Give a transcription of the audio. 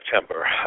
September